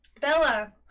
Bella